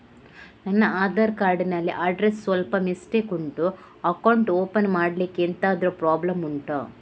ನನ್ನ ಆಧಾರ್ ಕಾರ್ಡ್ ಅಲ್ಲಿ ಅಡ್ರೆಸ್ ಸ್ವಲ್ಪ ಮಿಸ್ಟೇಕ್ ಉಂಟು ಅಕೌಂಟ್ ಓಪನ್ ಮಾಡ್ಲಿಕ್ಕೆ ಎಂತಾದ್ರು ಪ್ರಾಬ್ಲಮ್ ಉಂಟಾ